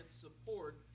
support